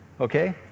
Okay